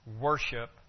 worship